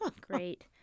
Great